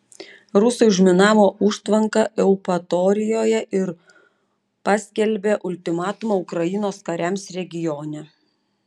rusai užminavo užtvanką eupatorijoje ir paskelbė ultimatumą ukrainos kariams regione